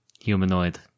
Humanoid